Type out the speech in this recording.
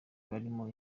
barimo